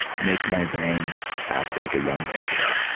make my brain act like a young brain today.